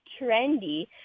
trendy